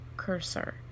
cursor